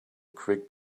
quick